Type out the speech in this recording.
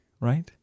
right